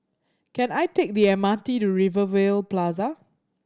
can I take the M R T to Rivervale Plaza